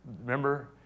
Remember